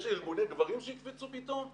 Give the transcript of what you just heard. יש ארגוני גברים שיקפצו פתאום?